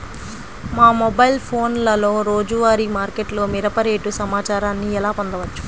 మా మొబైల్ ఫోన్లలో రోజువారీ మార్కెట్లో మిరప రేటు సమాచారాన్ని ఎలా పొందవచ్చు?